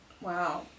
Wow